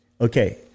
Okay